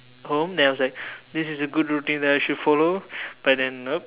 home then I was like this is a good routine that I should follow but then nope